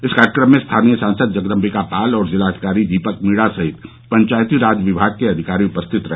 इस कार्यक्रम में स्थानीय सांसद जगदम्बिका पाल और जिलाधिकारी दीपक मीणा सहित पंचायती राज विभाग के अधिकारी उपस्थित रहे